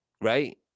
right